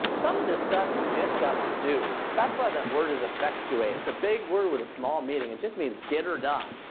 some of this stuff, you just gotta do. that's why that word is effectuate. it's a big word with a small meeting. it and just means get her done.